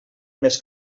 més